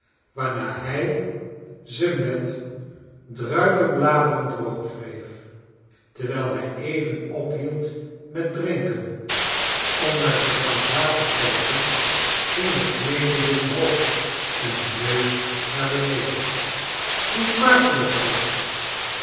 waarna hij ze met de druivenbladeren droog wreef terwijl hij even ophield met drinken om naar zijn kameraad te kijken ging de knevel weer omhoog en de neus naar bcneden hoe srnaakt je dat brood